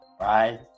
right